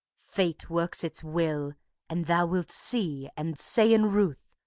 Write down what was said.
fate works its will and thou wilt see and say in ruth,